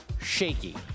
shaky